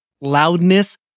loudness